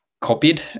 copied